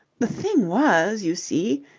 the thing was, you see,